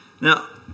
Now